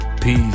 Peace